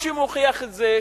מה שמוכיח את זה,